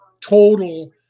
total